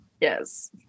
Yes